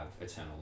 eternal